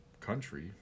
country